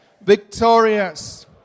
victorious